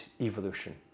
evolution